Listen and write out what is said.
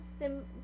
sim